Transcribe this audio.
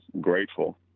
grateful